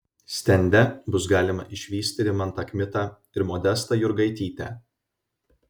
stende bus galima išvysti rimantą kmitą ir modestą jurgaitytę